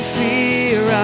fear